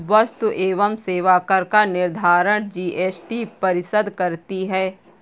वस्तु एवं सेवा कर का निर्धारण जीएसटी परिषद करती है